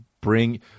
bring